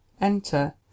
enter